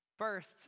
First